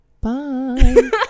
Bye